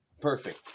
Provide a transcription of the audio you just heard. perfect